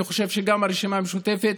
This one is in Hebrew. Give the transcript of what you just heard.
ואני חושב שגם הרשימה המשותפת,